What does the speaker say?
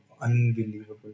Unbelievable